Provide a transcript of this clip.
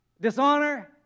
Dishonor